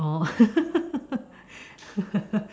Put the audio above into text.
orh